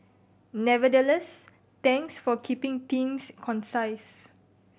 nevertheless thanks for keeping things concise